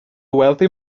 wealthy